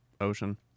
ocean